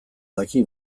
daki